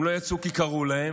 הם לא יצאו כי קראו להם,